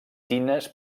tines